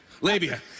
Labia